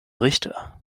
richter